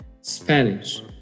Spanish